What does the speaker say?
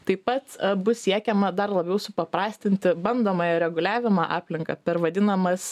taip pat bus siekiama dar labiau supaprastinti bandomąją reguliavimo aplinką per vadinamas